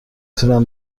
تونم